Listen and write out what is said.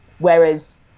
Whereas